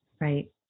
Right